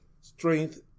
strength